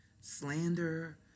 slander